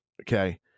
Okay